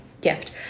gift